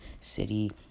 city